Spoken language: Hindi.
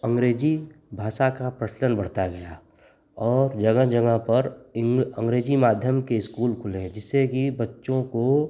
अँग्रेजी भाषा का प्रचलन बढ़ता गया और जगह जगह पर इन अँग्रेजी माध्यम के इस्कूल खुले हैं जिससे कि बच्चों को